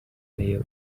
male